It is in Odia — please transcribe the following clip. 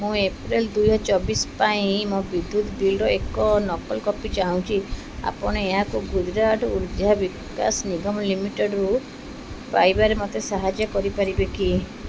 ମୁଁ ଏପ୍ରିଲ ଦୁଇ ଚବିଶ ପାଇଁ ମୋ ବିଦ୍ୟୁତ ବିଲ୍ର ଏକ ନକଲ କପି ଚାହୁଁଛି ଆପଣ ଏହାକୁ ଗୁଜରାଟ ଉର୍ଜା ବିକାଶ ନିଗମ୍ ଲିମିଟେଡ଼୍ରୁ ପାଇବାରେ ମୋତେ ସାହାଯ୍ୟ କରିପାରିବେ କି